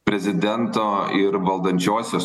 prezidento ir valdančiosios